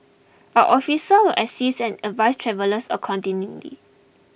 our officers will assist and advise travellers accordingly